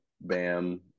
Bam